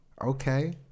okay